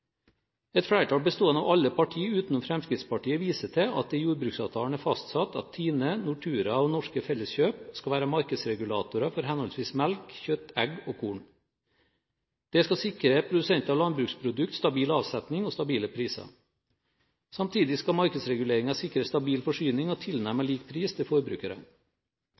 Et flertall bestående av alle partier utenom Fremskrittspartiet viser til at det i jordbruksavtalen er fastsatt at TINE, Nortura og Norske Felleskjøp skal være markedsregulatorer for henholdsvis melk, kjøtt/egg og korn. Dette skal sikre produsenter av landbruksprodukter stabil avsetning og stabile priser. Samtidig skal markedsreguleringen sikre stabil forsyning og tilnærmet lik pris til forbrukerne.